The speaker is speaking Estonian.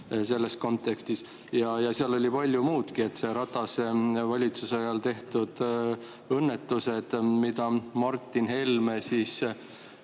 selles kontekstis. Ja seal oli palju muudki. Need Ratase valitsuse ajal tehtud õnnetused, mida Martin Helme